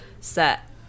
set